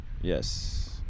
Yes